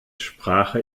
sprache